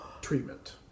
treatment